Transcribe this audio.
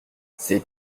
c’est